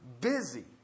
busy